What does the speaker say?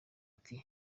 ati